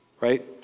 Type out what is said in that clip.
right